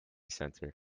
sensor